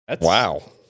wow